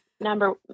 number